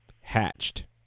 hatched